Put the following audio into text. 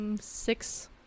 six